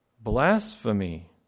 blasphemy